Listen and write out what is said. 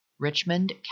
Richmond